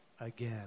again